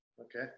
Okay